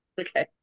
Okay